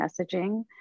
messaging